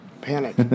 panic